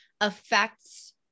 affects